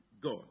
God